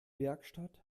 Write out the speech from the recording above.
werkstatt